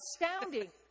astounding